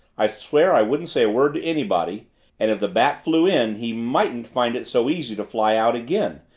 i swear i wouldn't say a word to anybody and if the bat flew in he mightn't find it so easy to fly out again,